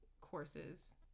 courses